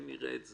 אם יראה את זה,